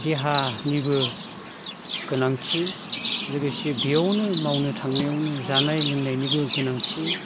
देहा निबो गोनांथि लोगोसे बेयावनो मावनो थांनायावनो जानाय लोंनायनिबो गोनांथि